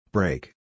Break